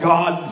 God